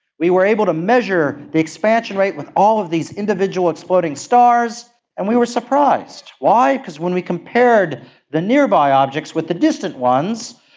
we were able to measure the expansion rate with all of these individual exploding stars and we were surprised. why? because when we compared the nearby objects with the distant ones,